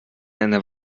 eine